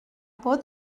por